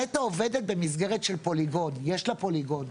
נת"ע עובדת במסגרת של פוליגון, יש לה פוליגון.